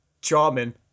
charming